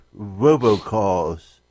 robocalls